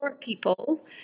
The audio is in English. people